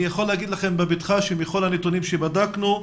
יכול לומר לכם בביטחון שבכל הנתונים שבדקנו,